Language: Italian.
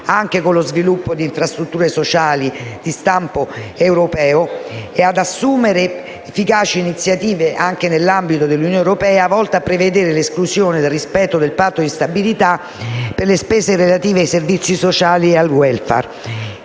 anche con lo sviluppo di infrastrutture sociali di stampo europeo e di assumere efficaci iniziative anche nell'ambito dell'Unione europea volte a prevedere l'esclusione del rispetto del Patto di stabilità per le spese relative ai servizi sociali e al *welfare*.